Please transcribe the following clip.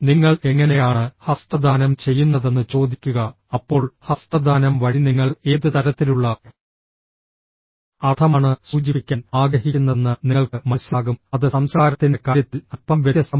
നിങ്ങൾ എങ്ങനെയാണ് ഹസ്തദാനം ചെയ്യുന്നതെന്ന് ചോദിക്കുക അപ്പോൾ ഹസ്തദാനം വഴി നിങ്ങൾ ഏത് തരത്തിലുള്ള അർത്ഥമാണ് സൂചിപ്പിക്കാൻ ആഗ്രഹിക്കുന്നതെന്ന് നിങ്ങൾക്ക് മനസ്സിലാകും അത് സംസ്കാരത്തിന്റെ കാര്യത്തിൽ അല്പം വ്യത്യസ്തമാണ്